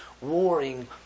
warring